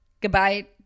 Goodbye